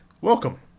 Welcome